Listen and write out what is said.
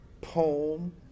poem